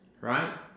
right